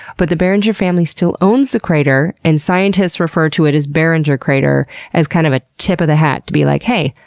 but the barringer family still owns the crater and scientists refer to it as barringer crater as kind of a tip-of-the-hat to be like, hey!